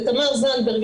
לתמר זנדברג,